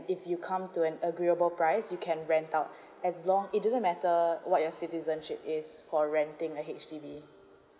if you come to an agreeable price you can rent out as long it doesn't matter what your citizenship is for renting a H_D_B